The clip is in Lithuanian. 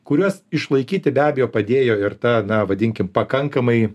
kuriuos išlaikyti be abejo padėjo ir ta na vadinkim pakankamai